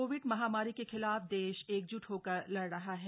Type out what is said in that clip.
Covid महामारी के खिलाफ देश एकज्ट होकर लड़ रहा है